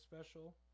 special